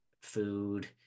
food